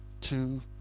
two